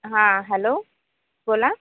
हां हॅलो बोला